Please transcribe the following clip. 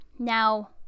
Now